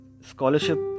scholarship